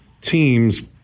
teams